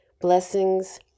Blessings